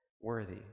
Worthy